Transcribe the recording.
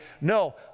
No